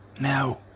now